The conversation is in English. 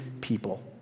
people